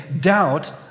doubt